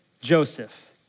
Joseph